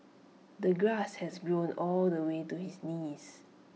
the grass has grown all the way to his knees